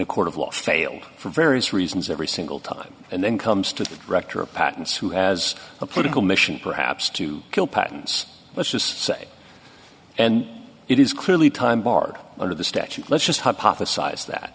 a court of law failed for various reasons every single time and then comes to the rector of patents who has a political mission perhaps to kill patents let's just say and it is clearly time barred under the statute let's just hypothesize that